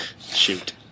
Shoot